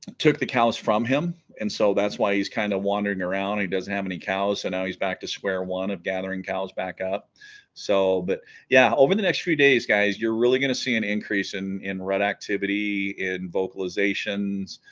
took the cows from him and so that's why kind of wandering around he doesn't have any cows and now he's back to square one of gathering cows back up so but yeah over the next few days guys you're really gonna see an increase in in red activity in vocalizations